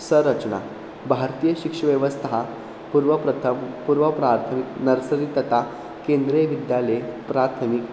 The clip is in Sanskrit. सरचना भारतीयशिक्षव्यवस्था पूर्वप्रथमः पूर्वप्राथमिकं नर्सरि तथा केन्द्रीयविद्यालये प्राथमिकं